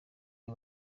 aba